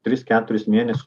tris keturis mėnes